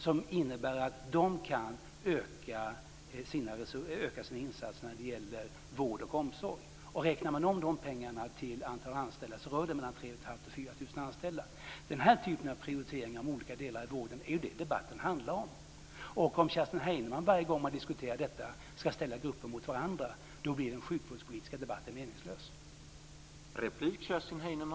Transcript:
Det innebär att de kan öka sina insatser när det gäller vård och omsorg. Om räknar om dessa pengar till antal anställda rör det sig om 3 500-4 000 anställda. Debatten handlar ju om den här typen av prioriteringar av olika delar i vården. Om Kerstin Heinemann skall ställa grupper mot varandra varje gång man diskuterar detta blir den sjukvårdspolitiska debatten meningslös.